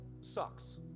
sucks